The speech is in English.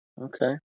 Okay